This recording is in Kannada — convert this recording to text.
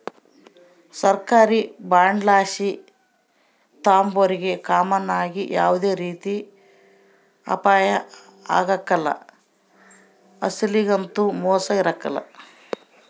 ಸರ್ಕಾರಿ ಬಾಂಡುಲಾಸು ತಾಂಬೋರಿಗೆ ಕಾಮನ್ ಆಗಿ ಯಾವ್ದೇ ರೀತಿ ಅಪಾಯ ಆಗ್ಕಲ್ಲ, ಅಸಲೊಗಂತೂ ಮೋಸ ಇರಕಲ್ಲ